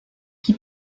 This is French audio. qui